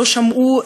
לא שמעו,